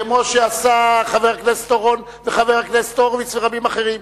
כמו שעשו חבר הכנסת אורון וחבר הכנסת הורוביץ ורבים אחרים,